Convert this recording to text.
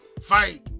fight